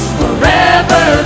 forever